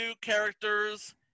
characters